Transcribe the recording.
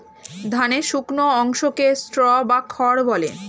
ধানের শুকনো অংশকে স্ট্র বা খড় বলে